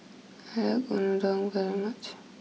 I like Unadon very much